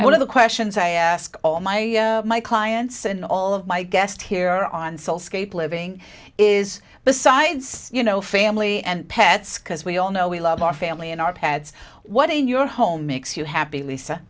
one of the questions i ask all my my clients and all of my guest here on soul scape living is besides you know family and pets because we all know we love our family and our pads what are your home makes you happy